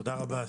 תודה רבה.